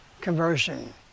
conversion